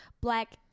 Black